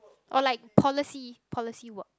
or like policy policy work